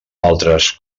altres